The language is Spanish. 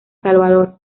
salvador